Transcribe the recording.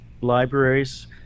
libraries